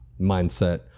mindset